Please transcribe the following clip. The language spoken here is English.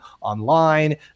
online